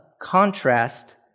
contrast